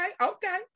okay